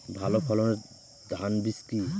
ভালো ফলনের ধান বীজ কি?